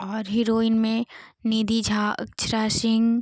और हिरोइन में निधि झा अक्षरा सिंह